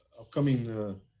upcoming